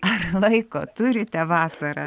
ar laiko turite vasarą